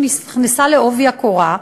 שנכנסה בעובי הקורה.